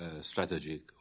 strategic